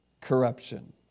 corruption